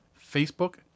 Facebook